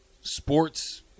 sports